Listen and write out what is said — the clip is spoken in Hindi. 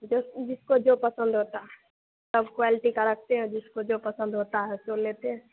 जो जिसको जो पसंद होता है सब क्वेलटी का रखते हैं जिसको जो पसंद होता है उसको लेते हैं